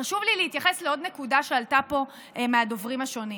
חשוב לי להתייחס לעוד נקודה שעלתה פה מהדוברים השונים.